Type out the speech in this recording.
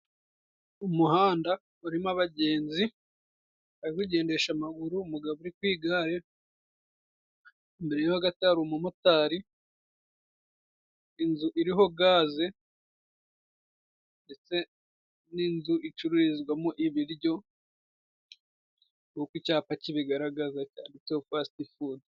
Umuhanda urimo abagenzi bari kugendesha amaguru, umugabo uri ku igare, imbere yaho gato hari umumotari, inzu iriho Gaze, ndetse n'inzu icururizwamo ibiryo nkuko icapa kibigaragaza canditse Fasiti fudu.